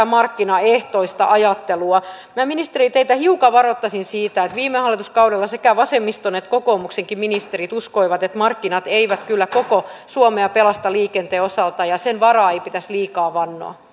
markkinaehtoista ajattelua minä ministeri teitä hiukan varoittaisin siitä että viime hallituskaudella sekä vasemmiston että kokoomuksenkin ministerit uskoivat että markkinat eivät kyllä koko suomea pelasta liikenteen osalta ja niiden varaan ei pitäisi liikaa vannoa